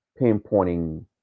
pinpointing